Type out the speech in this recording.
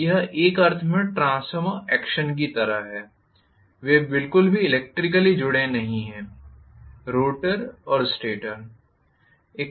तो यह एक अर्थ में ट्रांसफार्मर एक्शन की तरह है वे बिल्कुल भी इलेक्ट्रिकली जुड़े नहीं हैं रोटर और स्टेटर